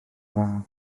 dda